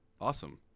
Awesome